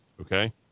okay